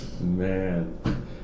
man